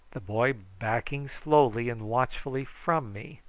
the boy backing slowly and watchfully from me,